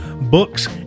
books